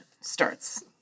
starts